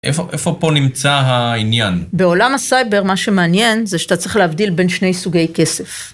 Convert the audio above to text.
איפה פה נמצא העניין? בעולם הסייבר מה שמעניין זה שאתה צריך להבדיל בין שני סוגי כסף.